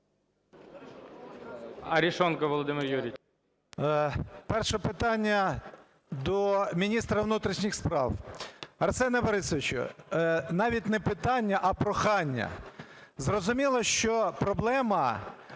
АРЕШОНКОВ В.Ю. Перше питання до міністра внутрішній справ. Арсене Борисовичу, навіть не питання, а прохання. Зрозуміло, що проблема,